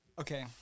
okay